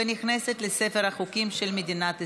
ונכנסת לספר החוקים של מדינת ישראל.